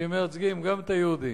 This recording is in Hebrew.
שמייצגים גם את היהודים,